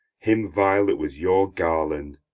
him vile that was your garland.